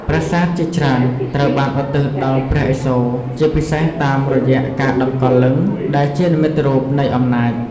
ប្រាសាទជាច្រើនត្រូវបានឧទ្ទិសដល់ព្រះឥសូរ ជាពិសេសតាមរយៈការតម្កល់លិង្គ ដែលជានិមិត្តរូបនៃអំណាច។